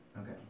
Okay